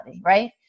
right